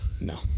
No